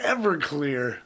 Everclear